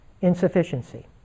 insufficiency